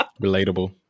Relatable